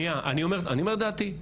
אני אומר את דעתי.